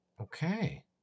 Okay